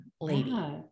lady